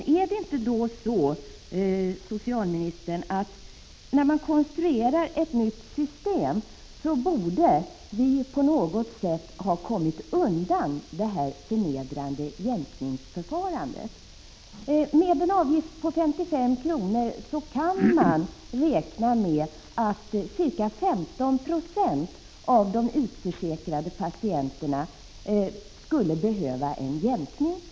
Borde vi inte, socialministern, när vi konstruerar ett nytt system, på något sätt komma undan det förnedrande jämkningsförfarandet? Med en avgift på 55 kr. kan man räkna med att ca 15 90 av de utförsäkrade patienterna skulle behöva en jämkning.